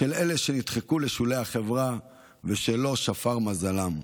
של אלו שנדחקו לשולי החברה ושלא שפר מזלם,